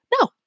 No